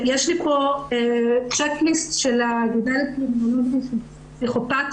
יש לי פה צ'ק ליסט של האגודה לקרימינולוגיה של פסיכופתיה.